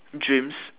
dreams